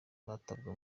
batabwa